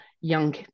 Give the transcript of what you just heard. young